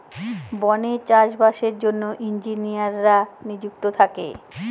বনে চাষ বাসের জন্য ইঞ্জিনিয়াররা নিযুক্ত থাকে